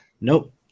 Nope